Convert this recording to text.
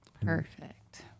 Perfect